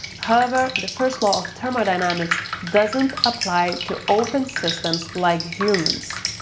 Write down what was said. however, the first law of thermodynamics doesn't apply to open systems like humans.